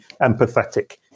empathetic